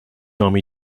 army